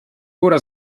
góra